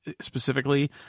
specifically